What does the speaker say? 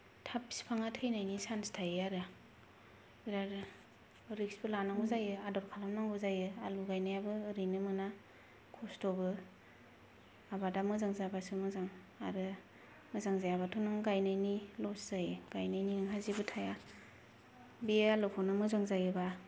थाब बिफांआ थैनायनि चान्च थायो आरो बिराद रिक्सबो लानांगौ जायो आदब खालामनांगौ जायो आलु गायनायाबो ओरैनो मोना कस्त'बो आबादा मोजां जाबासो मोजां आरो मोजां जायाबाथ' नों गायनायनि लस जायो गायनायनि नोंहा जेबो थाया बे आलुखौनो मोजां जायोबा